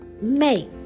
make